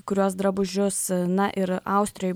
kuriuos drabužius na ir austrijoj